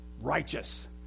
righteous